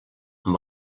amb